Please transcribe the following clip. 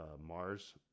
Mars